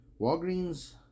Walgreens